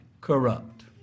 corrupt